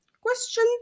Question